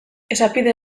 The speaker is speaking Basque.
esapide